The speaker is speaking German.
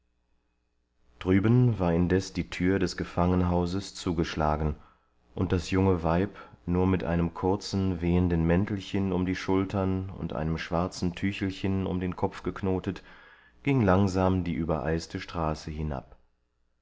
drüben war indes die tür des gefangenhauses zugeschlagen und das junge weib nur mit einem kurzen wehenden mäntelchen um die schultern und einem schwarzen tüchelchen um den kopf geknotet ging langsam die übereiste straße hinab